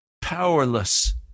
Powerless